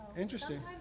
interesting